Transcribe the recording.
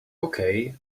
okay